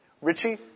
Richie